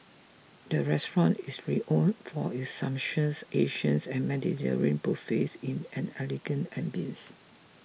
the restaurant is renowned for its sumptuous Asians and Mediterranean buffets in an elegant ambience